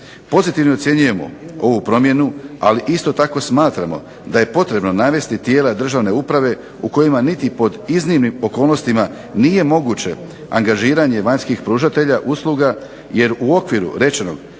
Pozitivno ocjenjujemo ovu promjenu, ali isto tako smatramo da je potrebno navesti tijela državne uprave u kojima niti pod iznimnim okolnostima nije moguće angažiranje vanjskih pružatelja usluga jer u okviru rečenog